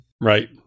right